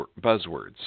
buzzwords